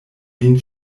vin